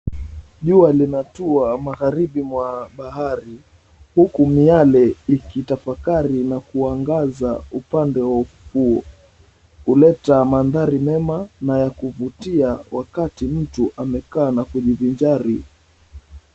Jua linatua magharibi mwa bahari huku miale ikitapakari na kuangaza upande wa ufuo. Huleta mandhari mema na yakuvutia wakati mtu amekaa na kujivinjari.